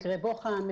מקרי בוחן,